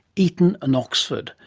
eton and oxford,